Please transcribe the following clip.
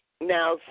Now